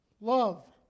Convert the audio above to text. love